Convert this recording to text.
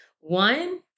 One